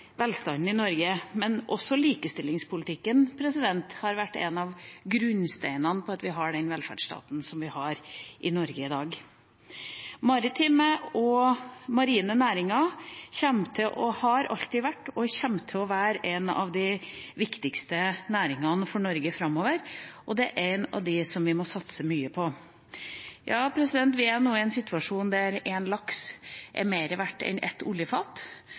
velstanden i Norge, men også likestillingspolitikken har vært en av grunnsteinene til den velferdsstaten vi har i Norge i dag. Maritime og marine næringer har alltid vært, og kommer til å være, av de viktigste næringene for Norge framover, og er av dem vi må satse mye på. Vi er nå i en situasjon der én laks er mer verdt enn ett oljefat.